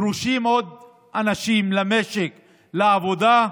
דרושים עוד אנשים למשק לעבודה,